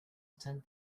attend